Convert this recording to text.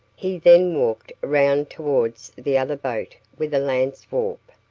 he then walked round towards the other boat with a lance warp,